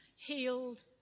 Healed